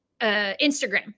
Instagram